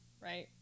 right